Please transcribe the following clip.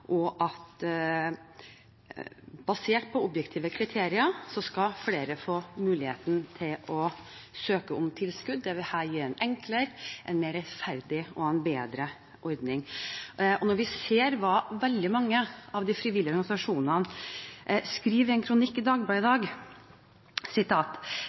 og at flere, basert på objektive kriterier, skal få muligheten til å søke om tilskudd. Dette vil gi en enklere og mer rettferdig og bedre ordning. Vi kan se hva veldig mange av de frivillige organisasjonene skriver i en kronikk i Dagbladet i